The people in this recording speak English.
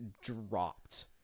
dropped